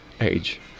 age